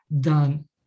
done